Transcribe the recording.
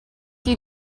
you